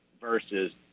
versus